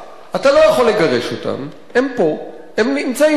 אתה לא יכול לגרש אותם, הם פה, הם נמצאים בארץ.